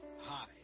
Hi